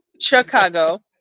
Chicago